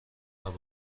کند